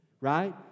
right